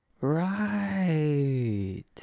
right